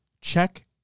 check